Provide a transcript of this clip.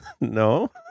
No